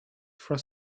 for